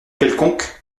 quelconque